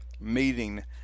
meeting